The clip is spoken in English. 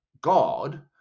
God